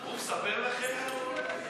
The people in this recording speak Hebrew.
הוא מספר לכם לאיפה הוא הולך?